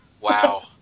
Wow